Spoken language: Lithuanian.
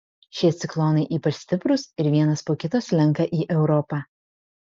šie ciklonai ypač stiprūs ir vienas po kito slenka į europą